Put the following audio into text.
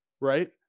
right